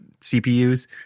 CPUs